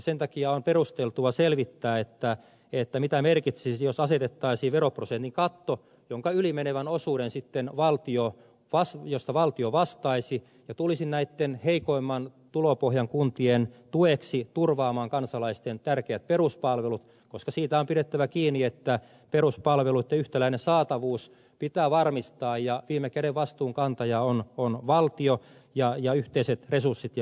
sen takia on perusteltua selvittää mitä merkitsisi jos asetettaisiin veroprosentin katto jonka yli menevästä osuudesta valtio vastaisi ja tulisi näitten heikoimman tulopohjan kuntien tueksi turvaamaan kansalaisten tärkeät peruspalvelut koska siitä on pidettävä kiinni että peruspalveluitten yhtäläinen saatavuus pitää varmistaa ja viime käden vastuunkantaja on valtio ja yhteiset resurssit ja verovarat